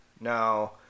Now